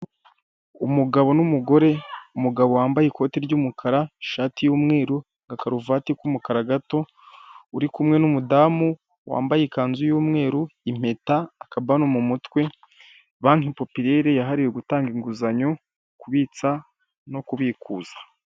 Umugabo n'umugore umugabo wambaye ikote ry'umukara, ishati y'umweru, agakaruvate k'umukara gato, uri kumwe n'umudamu wambaye ikanzu y'umweru, impeta akabano mu mutwe, banke popilere yahariye gutanga inguzanyo, kubitsa no kubikuza.